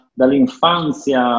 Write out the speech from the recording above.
dall'infanzia